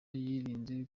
yirinze